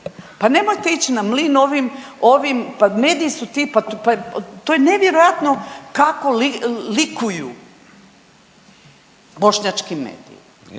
pa nemojte ić na mlin ovim, ovim, pa mediji su ti, pa to je nevjerojatno kako likuju bošnjački mediji